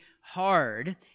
hard